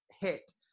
hit